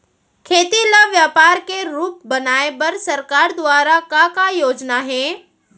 खेती ल व्यापार के रूप बनाये बर सरकार दुवारा का का योजना हे?